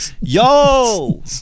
Yo